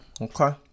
okay